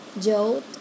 Joe